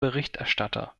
berichterstatter